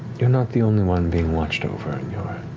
you're not the only one being watched over in your